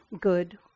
good